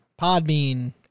Podbean